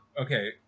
Okay